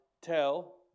tell